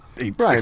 Right